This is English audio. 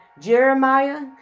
Jeremiah